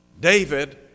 David